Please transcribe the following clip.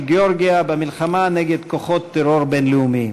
גאורגיה במלחמה נגד כוחות טרור בין-לאומיים.